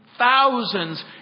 Thousands